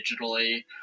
digitally